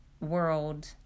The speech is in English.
world